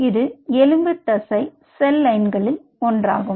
இது எலும்பு தசை செல் லைன்களில் ஒன்றாகும்